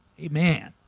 Amen